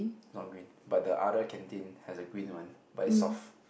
not green but the other canteen has a green one but it's soft